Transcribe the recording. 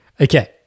Okay